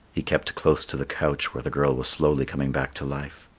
he kept close to the couch where the girl was slowly coming back to life.